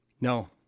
No